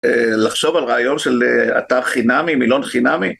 לחשוב על רעיון של אתר חינמי, מילון חינמי.